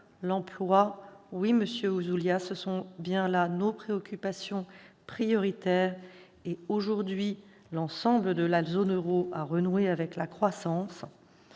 l'emploi- oui, monsieur Ouzoulias, ce sont bien là nos préoccupations prioritaires, et aujourd'hui, l'ensemble de la zone euro a renoué avec la croissance